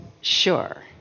Sure